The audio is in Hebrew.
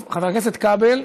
חבר הכנסת כבל?